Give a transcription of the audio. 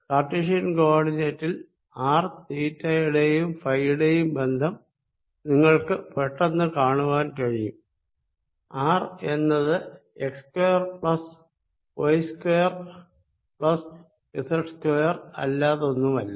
Cartesian കൊ ഓർഡിനേറ്റിൽ R theta യുടെയും ഫൈയുടെയും ബന്ധം നിങ്ങൾക്ക് പെട്ടെന്ന് കാണുവാൻ കഴിയും ആർ എന്നത് X square plus Y square plus Z square അല്ലാതൊന്നുമല്ല